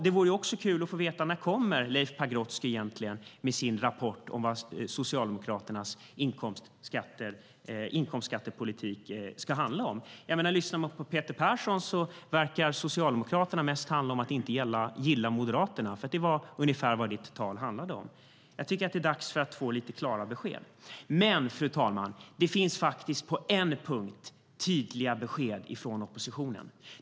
Det vore också kul att få veta när Leif Pagrotsky egentligen kommer med sin rapport om vad Socialdemokraternas inkomstskattepolitik ska handla om. Lyssnar man på Peter Persson verkar det mest handla om att Socialdemokraterna inte gillar Moderaterna. Det var ungefär vad hans tal handlade om. Jag tycker att det är dags för oss att få lite klara besked. Fru talman! Det finns faktiskt på en punkt tydliga besked från oppositionen.